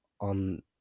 on